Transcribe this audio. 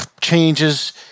changes